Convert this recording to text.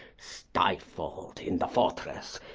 stifled in the fortress,